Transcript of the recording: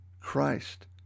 Christ